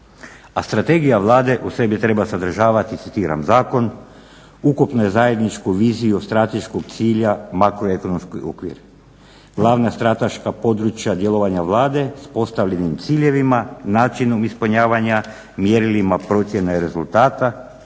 A strategija Vlade u sebi treba sadržavati, citiram: zakon, ukupnu zajedničku viziju strateškog cilja, makroekonomski okvir, glavna strateška područja djelovanja Vlade s postavljenim ciljevima, načinom ispunjavanja, mjerilima procjene rezultata